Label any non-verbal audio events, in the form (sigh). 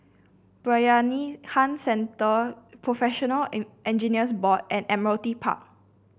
Bayanihan Centre Professional (unintelligible) Engineers Board and Admiralty Park